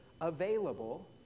available